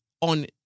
on